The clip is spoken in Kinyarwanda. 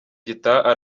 gitaha